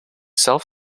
self